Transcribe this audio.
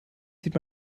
zieht